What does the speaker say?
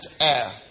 air